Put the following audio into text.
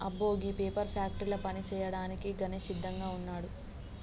అబ్బో గీ పేపర్ ఫ్యాక్టరీల పని సేయ్యాడానికి గణేష్ సిద్దంగా వున్నాడు